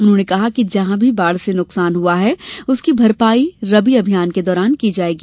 उन्होंने कहा कि जहां भी बाढ़ से नुकसान हआ है उसकी भरपाई रबी अभियान के दौरान की जायेगी